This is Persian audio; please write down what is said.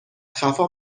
خفا